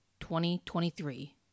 2023